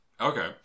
Okay